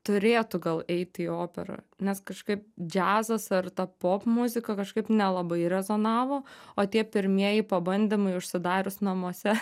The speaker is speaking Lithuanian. turėtų gal eiti į operą nes kažkaip džiazas ar ta popmuzika kažkaip nelabai rezonavo o tie pirmieji pabandymai užsidarius namuose